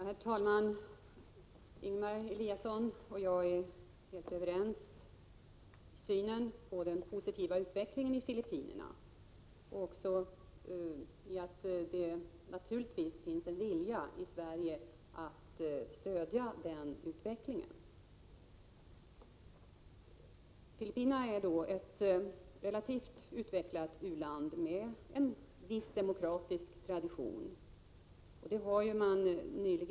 Herr talman! Ingemar Eliasson och jag är helt överens i synen på den positiva utvecklingen i Filippinerna och också om att det finns en vilja i Sverige att stödja den utvecklingen. Filippinerna är ett relativt utvecklat u-land med en viss demokratisk tradition. Det har man nyligen visat genom Prot.